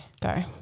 Go